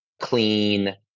clean